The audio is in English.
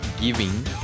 giving